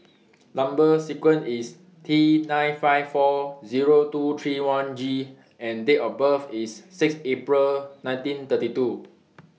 Number sequence IS T nine five four Zero two three one G and Date of birth IS six April nineteen thirty two